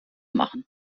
machen